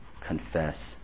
confess